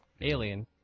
Alien